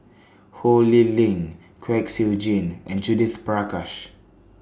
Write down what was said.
Ho Lee Ling Kwek Siew Jin and Judith Prakash